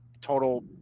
total